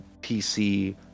pc